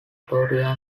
gloria